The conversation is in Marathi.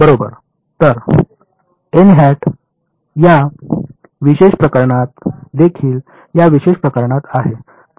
बरोबर तर या विशेष प्रकरणात देखील या विशेष प्रकरणात आहे